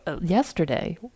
Yesterday